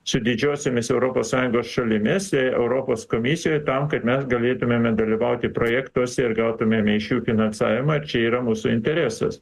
su didžiosiomis europos sąjungos šalimis jei europos komisijoj tam kad mes galėtumėme dalyvauti projektuose ir gautumėm iš jų finansavimą ir čia yra mūsų interesas